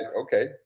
okay